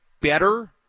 better